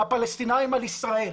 הפלסטינאים על ישראל,